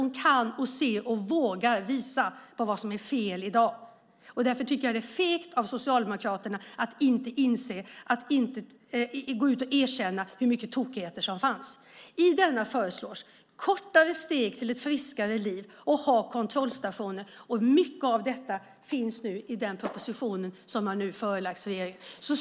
Hon kan, ser och vågar visa på vad som är fel i dag. Därför tycker jag att det är fegt av Socialdemokraterna att inte inse, att inte gå ut och erkänna hur mycket tokigheter som fanns. I denna utredning föreslås kortare steg till ett friskare liv och att ha kontrollstationer. Mycket av detta finns nu i den proposition som har förelagts riksdagen.